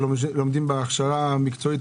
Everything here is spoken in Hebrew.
שלומדים בהכשרה המקצועית,